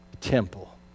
temple